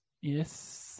Yes